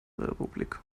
republik